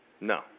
No